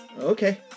Okay